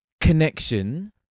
connection